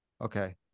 Okay